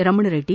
Ramana Reddy